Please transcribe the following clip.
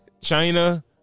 China